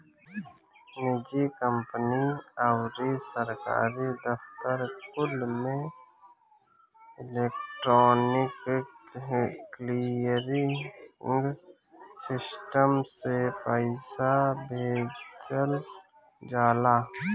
निजी कंपनी अउरी सरकारी दफ्तर कुल में इलेक्ट्रोनिक क्लीयरिंग सिस्टम से पईसा भेजल जाला